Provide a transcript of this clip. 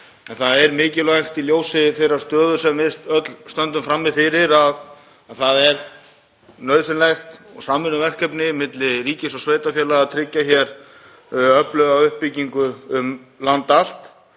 Það er mikilvægt í ljósi þeirrar stöðu sem við öll stöndum frammi fyrir og það er nauðsynlegt og samvinnuverkefni milli ríkis og sveitarfélaga að tryggja hér öfluga uppbyggingu um land allt.